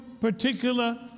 particular